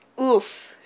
oof